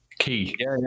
Key